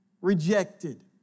rejected